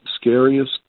scariest